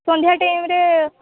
ସନ୍ଧ୍ୟା ଟାଇମ୍ରେ